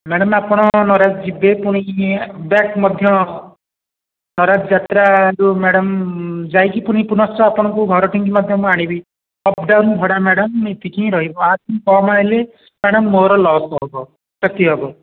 madam ଆପଣ ନରାଜ ଯିବେ ପୁଣି ବ୍ୟାକ୍ ମଧ୍ୟ ନରାଜ ଯାତ୍ରାରୁ ମ୍ୟାଡ଼ମ୍ ଯାଇକି ପୁଣି ପୁନଶ୍ଚ ଆପଣଙ୍କୁ ଘର ଠେଇକି ମଧ୍ୟ ମୁଁ ଆଣିବି ଅପଡ଼ାଉନ୍ ଭଡ଼ା ମ୍ୟାଡ଼ମ୍ ଏତିକି ହିଁ ରହିବ ୟାଠୁ କମ୍ ଆଇଲେ ମ୍ୟାଡ଼ାମ୍ ମୋର ଲସ୍ ହେବ କ୍ଷତି ହେବ